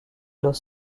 dos